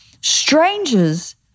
strangers